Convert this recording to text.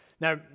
Now